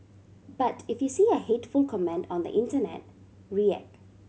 but if you see a hateful comment on the internet react